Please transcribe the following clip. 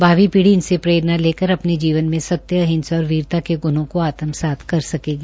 भावी पीढ़ी इनसे प्रेरणा लेकर अपने जीवन में सत्य अहिंसा और वीरता के गुणों को आत्मसात कर सकेगी